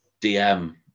DM